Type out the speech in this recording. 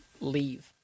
leave